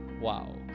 wow